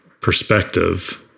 perspective